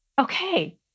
okay